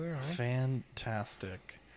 Fantastic